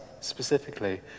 specifically